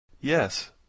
Yes